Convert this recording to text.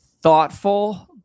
thoughtful